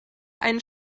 einen